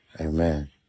Amen